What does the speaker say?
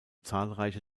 zahlreiche